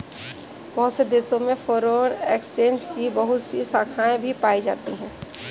बहुत से देशों में फ़ोरेन एक्सचेंज की बहुत सी शाखायें भी पाई जाती हैं